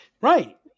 Right